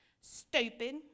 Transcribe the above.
stupid